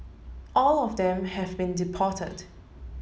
all of them have been deported